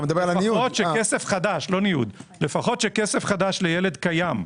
לפחות שכסף חדש לילד קיים,